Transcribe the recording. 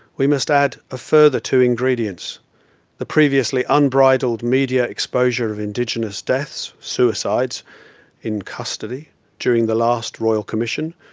we must add a further two ingredients the previously unbridled media exposure of indigenous deaths suicides in custody during the last royal commission,